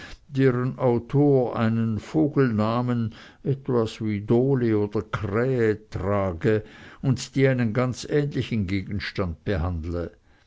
deren autor einen vogelnamen etwas wie dohle oder krähe trage und die einen ganz ähnlichen gegenstand behandle